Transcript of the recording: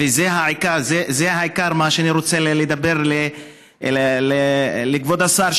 וזה העיקר של מה שאני רוצה לדבר אל כבוד השר,